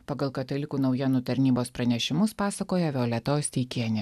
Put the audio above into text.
pagal katalikų naujienų tarnybos pranešimus pasakoja violeta osteikienė